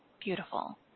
Beautiful